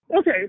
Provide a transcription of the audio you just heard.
Okay